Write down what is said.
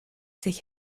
sich